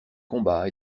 combats